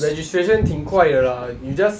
registration 挺块的 lah you just